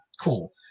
cool